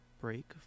break